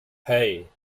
hey